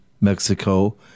Mexico